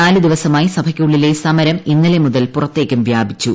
നാലു ദിവസമായി സഭക്കുള്ളിലെ സമരം ഇന്നലെ മുതൽ പുറത്തേക്കും വ്യാപിച്ചു